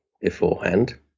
Beforehand